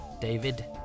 David